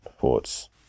thoughts